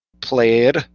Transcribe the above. played